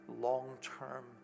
long-term